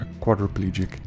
quadriplegic